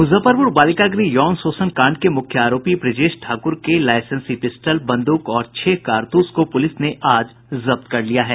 मुजफ्फरपुर बालिका गृह यौन शोषण कांड के मुख्य आरोपी ब्रजेश ठाकुर के लाईसेंसी पिस्टल बंदूक और छह कारतूस को पुलिस ने आज जब्त कर लिया है